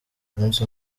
umunsi